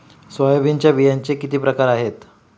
सोयाबीनच्या बियांचे किती प्रकार आहेत?